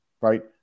right